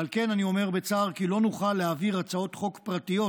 ועל כן אני אומר בצער כי לא נוכל להעביר הצעות חוק פרטיות